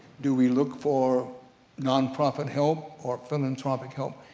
do we look for non-profit help or philanthropic help?